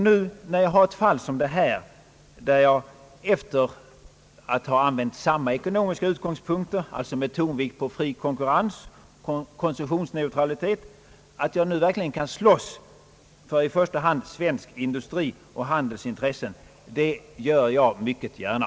Nu när jag har ett fall som detta, där jag har samma ekonomiska utgångspunkter — tonvikt på fri konkurrens och konsumtionsneutralitet — och verkligen kan slåss för i första hand svensk industris och handels intressen, så gör jag det mycket gärna.